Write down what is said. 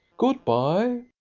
good-bye.